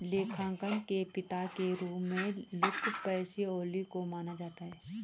लेखांकन के पिता के रूप में लुका पैसिओली को माना जाता है